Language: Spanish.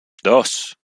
dos